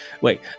Wait